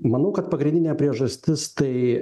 manau kad pagrindinė priežastis tai